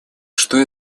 что